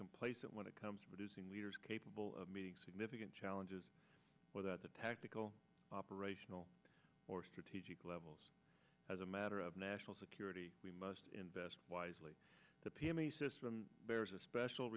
complacent when it comes to producing leaders capable of meeting significant challenges without the tactical operational or strategic levels as a matter of national security we must invest wisely the pm a system bears a special